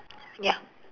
ya